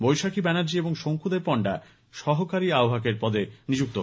বৈশাখী ব্যানার্জি এবং শঙ্কুদেব পণ্ডা সহকারি আহ্বায়কের পদে নিযুক্ত হয়েছেন